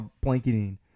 blanketing